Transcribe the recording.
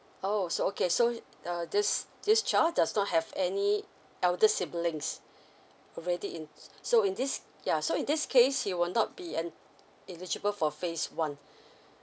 oh so okay so uh this this child does not have any elder siblings already in so in this yeah so in this case he will not be en~ eligible for phase one